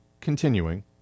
continuing